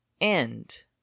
end